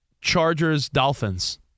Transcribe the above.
Chargers-Dolphins